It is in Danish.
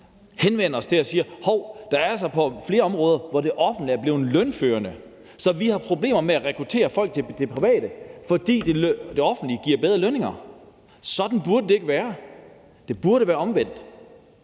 henvender sig til os og siger: Hov, der er altså flere områder, hvor det offentlige er blevet lønførende, så vi har problemer med at rekruttere folk til det private, altså fordi det offentlige giver bedre lønninger. Sådan burde det ikke være; det burde være omvendt.